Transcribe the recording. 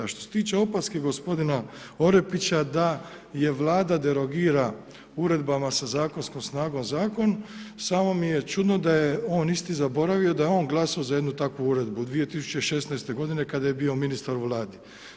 A što se tiče opaske gospodina Orepića da je Vlada derogira uredbama sa zakonskom snagom znakom samo mi je čudno da je on isti zaboravio da je on glasao za jednu takvu uredbu 2016. godine kada je bio ministar u Vladi.